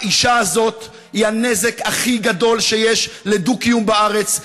האישה הזאת היא הנזק הכי גדול שיש לדו-קיום בארץ.